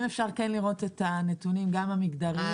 אם אפשר לראות את הנתונים המגדריים.